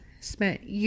spent